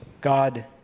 God